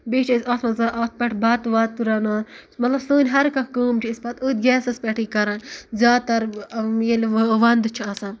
بیٚیہِ چھُ اَتھ منٛز اَتھ پٮ۪ٹھ بَتہٕ وَتہٕ رَنان مطلب سٲنۍ ہر کانٛہہ کٲم چھِ أسۍ پَتہٕ أتھۍ گیسس پٮ۪ٹھٕے کران زیادٕ تر ییٚلہِ وَندٕ چھُ آسان